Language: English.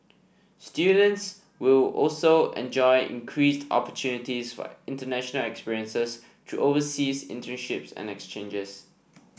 students will also enjoy increased opportunities for international experiences through overseas internships and exchanges